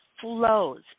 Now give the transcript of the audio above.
flows